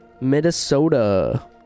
Minnesota